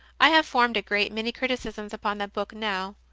i have formed a great many criticisms upon that book now.